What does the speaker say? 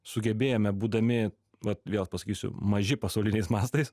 sugebėjome būdami vat vėl pasakysiu maži pasauliniais mastais